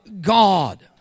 God